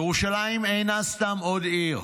ירושלים אינה סתם עוד עיר.